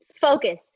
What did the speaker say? Focus